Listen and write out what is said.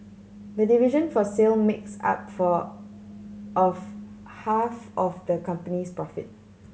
the division for sale makes up for of half of the company's profit